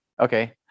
Okay